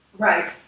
Right